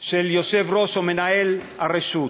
של יושב-ראש או מנהל הרשות.